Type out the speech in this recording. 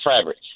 fabric